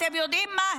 אתם יודעים מה,